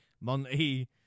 Monty